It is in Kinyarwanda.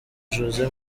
jose